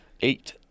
Eight